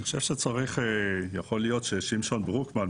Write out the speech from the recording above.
אני חושב שיכול להיות ששמשון ברוקמן,